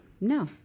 no